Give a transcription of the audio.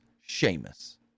Sheamus